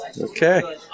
Okay